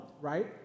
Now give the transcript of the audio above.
right